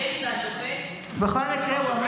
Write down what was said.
בכל מקרה,